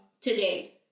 today